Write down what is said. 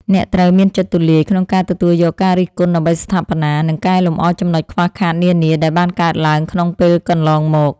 អ្នកត្រូវមានចិត្តទូលាយក្នុងការទទួលយកការរិះគន់ដើម្បីស្ថាបនា និងកែលម្អចំណុចខ្វះខាតនានាដែលបានកើតឡើងក្នុងពេលកន្លងមក។